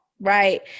right